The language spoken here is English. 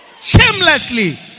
Shamelessly